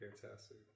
Fantastic